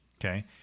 Okay